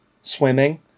swimming